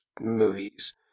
movies